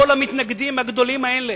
כל המתנגדים הגדולים האלה,